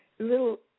little